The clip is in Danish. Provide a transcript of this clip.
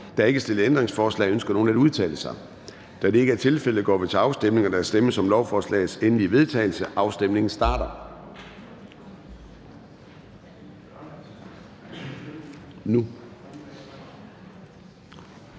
Der er ikke stillet ændringsforslag. Ønsker nogen at udtale sig? Da det ikke er tilfældet, går vi til afstemning. Kl. 10:07 Afstemning Formanden (Søren Gade): Der stemmes om lovforslagets endelige vedtagelse. Afstemningen starter.